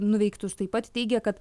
nuveiktus taip pat teigia kad